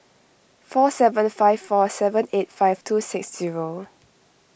four seven five four seven eight five two six zero